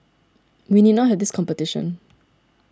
we need not have this competition